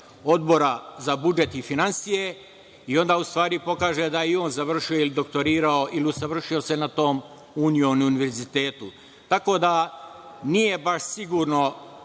Odbora za budžet i finansije i onda u stvari pokaže da je i on završio ili doktorirao ili se usavršio na tom Union Univerzitetu. Tako da, nije baš sigurno